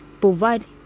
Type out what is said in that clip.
provide